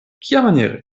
kiamaniere